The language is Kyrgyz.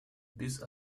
биз